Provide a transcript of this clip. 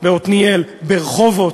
בעתניאל, ברחובות.